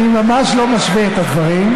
אני ממש לא משווה את הדברים,